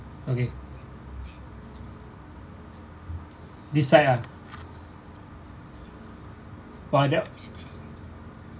okay this side ah !wah! that